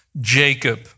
Jacob